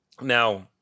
Now